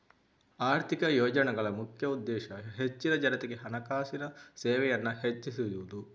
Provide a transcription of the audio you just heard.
ಆರ್ಥಿಕ ಯೋಜನೆಗಳ ಮುಖ್ಯ ಉದ್ದೇಶ ಹೆಚ್ಚಿನ ಜನತೆಗೆ ಹಣಕಾಸಿನ ಸೇವೆಯನ್ನ ಹೆಚ್ಚಿಸುದು